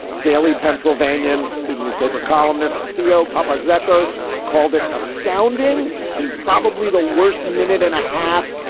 daily pennsylvanian student newspaper columnist theo papa zack goss called it astounding and probably the worst minute and a half.